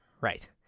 right